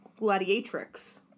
gladiatrix